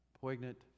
poignant